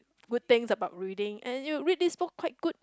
good things about reading and you read this book quite good